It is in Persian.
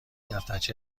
دفترچه